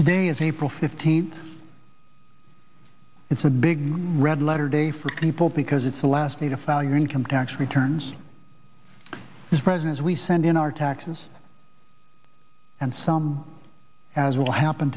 today is april fifteenth it's a big red letter day for people because it's the last need to foul your income tax returns this president's we send in our taxes and some as will happen